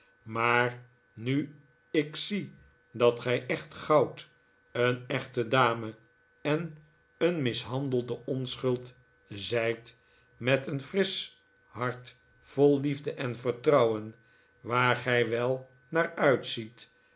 maar nu ik zie dat gij echt goud een echte dame en een mishandelde onschuld zijt met een frisch hart vol liefde en vertrouwen waar gij wel naar uitziet